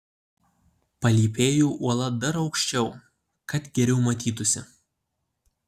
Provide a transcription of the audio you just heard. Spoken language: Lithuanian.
palypėju uola dar aukščiau kad geriau matytųsi